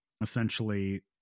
essentially